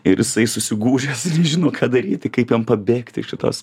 ir jisai susigūžęs žino ką daryti kaip jam pabėgti iš šitos